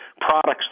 products